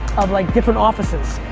of like different offices.